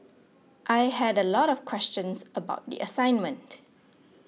I had a lot of questions about the assignment